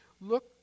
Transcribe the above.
Look